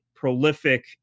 Prolific